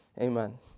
Amen